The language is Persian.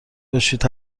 باشید